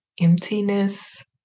emptiness